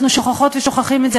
אנחנו שוכחות ושוכחים את זה,